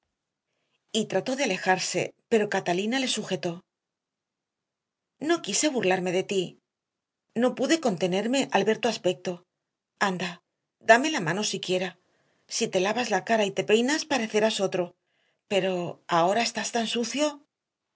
trató de alejarse pero catalina le sujetó no quise burlarme de ti no pude contenerme al ver tu aspecto anda dame la mano siquiera si te lavas la cara y te peinas parecerás otro pero ahora estás tan sucio